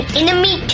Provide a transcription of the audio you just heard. enemy